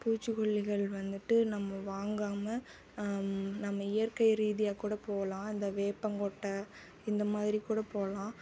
பூச்சிக்கொல்லிகள் வந்துட்டு நம்ம வாங்காமல் நம்ம இயற்கை ரீதியாக கூட போகலாம் இந்த வேப்பங்கொட்டை இந்த மாதிரி கூட போகலாம்